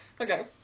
Okay